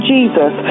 Jesus